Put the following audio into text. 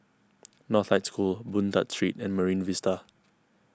Northlight School Boon Tat Street and Marine Vista